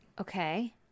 Okay